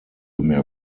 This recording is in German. mehr